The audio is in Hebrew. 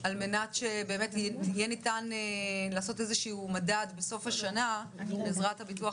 כדי שניתן יהיה לעשות מדד בסוף השנה בעזרת הביטוח